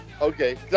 Okay